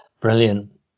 Brilliant